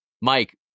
Mike